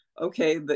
okay